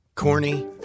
Corny